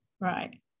right